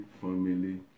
Family